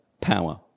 power